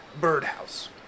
Birdhouse